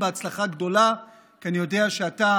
הצלחה גדולה כי אני יודע שאתה